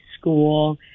school